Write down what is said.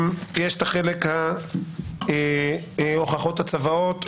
יש את החלק של הוכחות הצוואות.